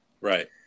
Right